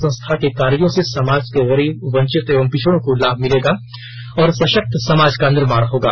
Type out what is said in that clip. संस्था के कार्यो से समाज के गरीब वंचिंत एवं पिछड़ों को लाभ मिलेगा और सशक्त समाज का निर्माण होगा